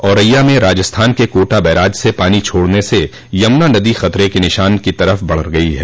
औरैया में राजस्थान के कोटा बैराज से पानी छोड़ने से यमुना नदी खतरे के निशान की तरफ बढ़ रही है